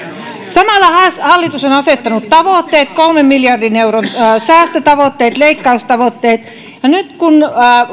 samalla hallitus on on asettanut kolmen miljardin euron säästötavoitteet leikkaustavoitteet ja nyt kun